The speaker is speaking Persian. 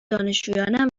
دانشجویانم